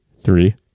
Three